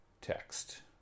text